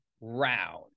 round